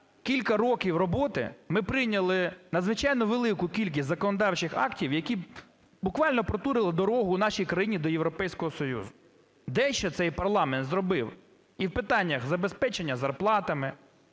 кілька років роботи ми прийняли надзвичайно велику кількість законодавчих актів, які буквально протурили дорогу нашій країні до Європейського Союзу. Дещо цей парламент зробив, і в питаннях забезпечення зарплатами,